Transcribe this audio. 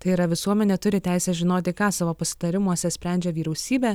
tai yra visuomenė turi teisę žinoti ką savo pasitarimuose sprendžia vyriausybė